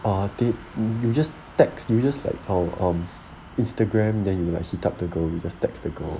err they you just text you just like oh um Instagram then you just like hit up the girl you just text the girl